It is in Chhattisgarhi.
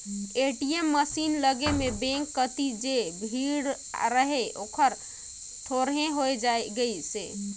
ए.टी.एम मसीन लगे में बेंक कति जे भीड़ रहें ओहर थोरहें होय गईसे